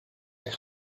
the